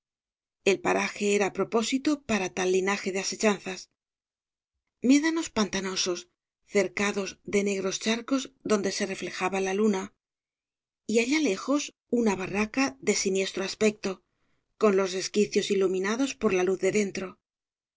el paraje era á propósito para tal linaje de asechanzas médanos pantanosos cercados de negros charcos donde se reflejaba la luna y allá lejos una barraca de siniesg obras de valle inclan tro aspecto con los resquicios iluminados por la luz de dentro